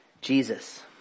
Jesus